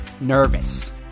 nervous